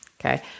Okay